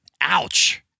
Ouch